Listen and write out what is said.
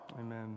Amen